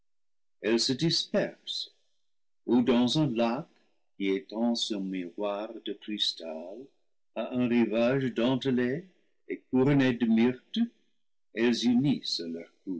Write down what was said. elles se dispersent ou dans un lac qui étend son miroir de cristal à un rivage dentelé et couronné de myrtes elles unissent